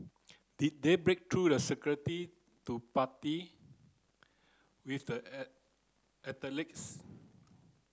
did they break through the security to party with the athletes